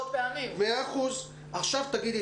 חבר הכנסת אופיר סופר, בבקשה.